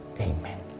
Amen